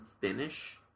finish